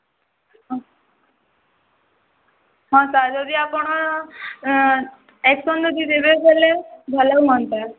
ହଁ ହଁ ସାର୍ ଯଦି ଆପଣ ଆକ୍ସନ୍ ବି ଦେବେ ବେଲେ ଭଲ ହୁଅନ୍ତା